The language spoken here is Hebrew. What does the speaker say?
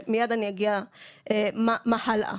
ומייד אני אגיע מה הלאה.